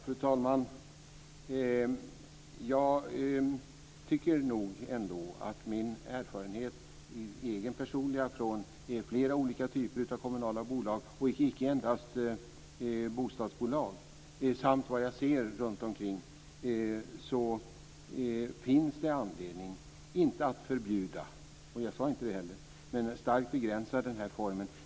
Fru talman! Jag tycker nog ändå att min egen personliga erfarenhet från flera olika typer av kommunala bolag, och icke endast bostadsbolag, samt vad jag ser runtomkring, ger anledning inte att förbjuda - och jag sade heller inte det - men starkt begränsa den här formen.